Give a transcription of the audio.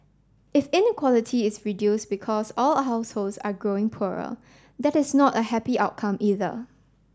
if inequality is reduce because all households are growing poorer that is not a happy outcome either